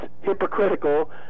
hypocritical